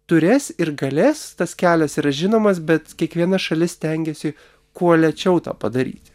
turės ir galės tas kelias yra žinomas bet kiekviena šalis stengiasi kuo lėčiau tą padaryti